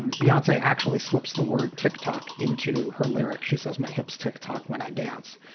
beyonce actually slips the word tick-tock into her lyric. she says, my hips tech talk when i dance,